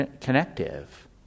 connective